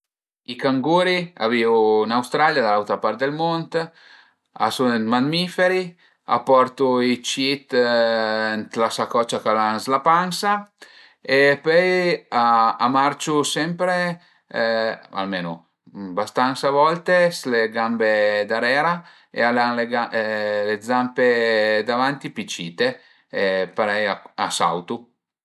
I canguri a vivu ën Australia, da l'auta part dël mund, a sun dë mammiferi, a portu i cit ënt la sacocia ch'al an s'la pansa e pöi a a marciu sempre, almenu bastansa volte, s'le gambe darera e al an le gambe, le zampe davanti pi cite e parei a sautu